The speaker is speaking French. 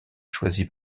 choisi